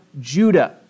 Judah